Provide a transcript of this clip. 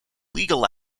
legal